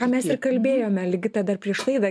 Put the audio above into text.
ką mes ir kalbėjome ligita dar prieš laidą